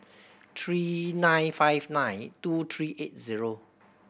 three nine five nine two three eight zero